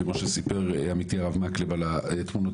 כמו שסיפר עמיתי הרב מקלב על התמונות